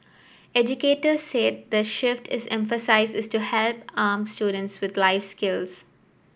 educators said the shift is emphasis is to help arm students with life skills